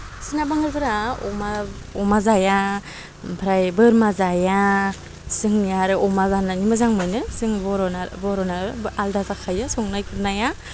बिसोरना बांगालफोरा अमा अमा जाया ओमफ्राय बोरमा जाया जोंनिया आरो अमा जानानै मोजां मोनो जों बर'ना आलदा जाखायो संनाय खुरनाया